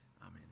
Amen